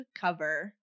cover